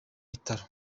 bitaro